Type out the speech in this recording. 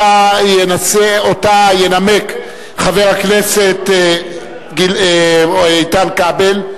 שאותה ינמק חבר הכנסת איתן כבל,